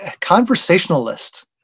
conversationalist